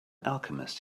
alchemist